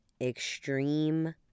extreme